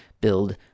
build